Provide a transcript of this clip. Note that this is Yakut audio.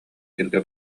сиргэ